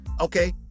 okay